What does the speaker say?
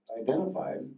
identified